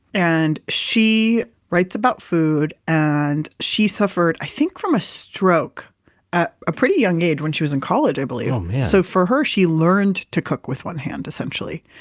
and she writes about food. and she suffered, i think from a stroke, at a pretty young age when she was in college, i believe oh man so for her, she learned to cook with one hand, essentially.